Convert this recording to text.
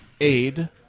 Aid